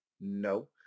no